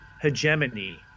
Hegemony